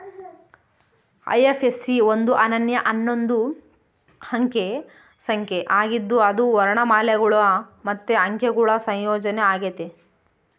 IFSC ಒಂದು ಅನನ್ಯ ಹನ್ನೊಂದು ಅಂಕೆ ಸಂಖ್ಯೆ ಆಗಿದ್ದು ಅದು ವರ್ಣಮಾಲೆಗುಳು ಮತ್ತೆ ಅಂಕೆಗುಳ ಸಂಯೋಜನೆ ಆಗೆತೆ